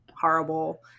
horrible